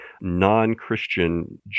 non-Christian